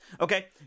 Okay